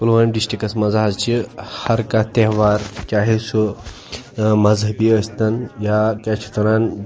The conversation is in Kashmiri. پُلوامہِ ڈِسٹِرٛکَس منٛز حظ چھِ ہر کانٛہہ تہوار چاہے سُہ مذۂبی ٲسۍ تَن یا کیٛاہ چھِ اَتھ وَنان